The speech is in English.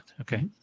Okay